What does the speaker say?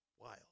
wild